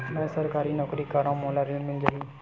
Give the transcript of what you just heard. मै सरकारी नौकरी करथव मोला ऋण मिल जाही?